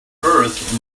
earth